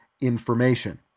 information